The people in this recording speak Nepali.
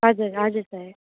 हजुर हजुर सर